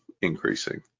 increasing